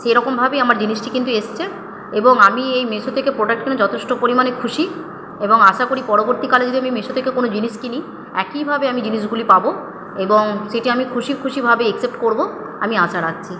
সে রকমভাবেই আমার জিনিসটি কিন্তু এসছে এবং আমি এই মিশো থেকে প্রোডাক্ট কিনে যথেষ্ট পরিমাণে খুশি এবং আশা করি পরবর্তীকালে যদি আমি মিশো থেকে কোনো জিনিস কিনি একইভাবে আমি জিনিসগুলি পাবো এবং সেটি আমি খুশি খুশিভাবে একসেপ্ট করবো আমি আশা রাখছি